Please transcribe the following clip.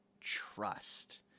trust